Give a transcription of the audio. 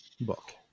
book